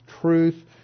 truth